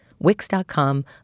Wix.com